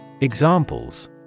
Examples